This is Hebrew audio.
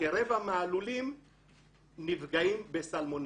כרגע מהלולים נפגעים בסלמונלה.